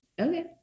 okay